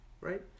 right